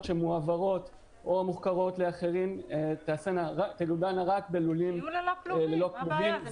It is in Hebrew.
שמועברות או מוחכרות לאחרים תגובינה רק בלולים ללא כלובים.